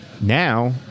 now